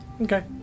Okay